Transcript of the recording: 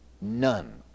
none